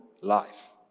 life